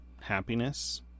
happiness